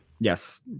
yes